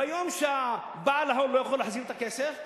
ביום שבעל ההון לא יכול להחזיר את הכסף,